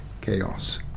Chaos